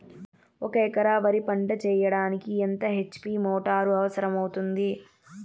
ఒక ఎకరా వరి పంట చెయ్యడానికి ఎంత హెచ్.పి మోటారు అవసరం అవుతుంది?